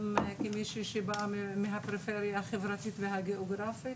גם כמישהי שבאה מהפריפריה החברתית והגיאוגרפית.